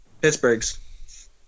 Pittsburgh's